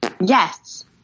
Yes